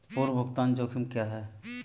पूर्व भुगतान जोखिम क्या हैं?